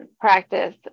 practice